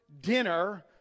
dinner